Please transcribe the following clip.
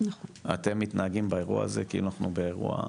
אתם מתנהגים באירוע הזה כאילו אנחנו באירוע רגיל,